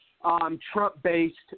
Trump-based